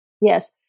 Yes